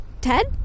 Ted